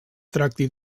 tracti